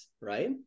right